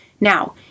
Now